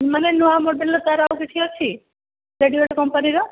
ମାନେ ନୂଆ ମଡ଼େଲର ତା'ର ଆଉ କିଛି ଅଛି ଲେଡ଼ିବାର୍ଡ଼୍ କମ୍ପାନୀର